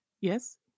yes